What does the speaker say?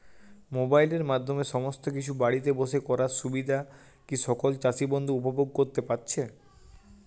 মোবাইলের মাধ্যমে সমস্ত কিছু বাড়িতে বসে করার সুবিধা কি সকল চাষী বন্ধু উপভোগ করতে পারছে?